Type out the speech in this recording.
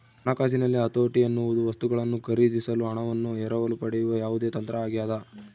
ಹಣಕಾಸಿನಲ್ಲಿ ಹತೋಟಿ ಎನ್ನುವುದು ವಸ್ತುಗಳನ್ನು ಖರೀದಿಸಲು ಹಣವನ್ನು ಎರವಲು ಪಡೆಯುವ ಯಾವುದೇ ತಂತ್ರ ಆಗ್ಯದ